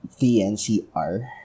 TNCR